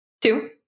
two